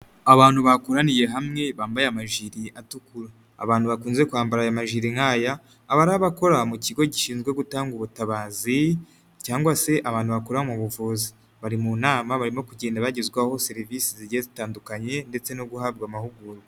Abantu bakoraniye hamwe, bambaye amajiri atukura, abantu bakunze kwambara nayaari majiri nk'aya, aba abakora mu kigo gishinzwe gutanga ubutabazi cyangwa se abantu bakura mu buvuzi, bari mu nama, barimo kugenda bagezwaho serivisi zigiye zitandukanye, ndetse no guhabwa amahugurwa.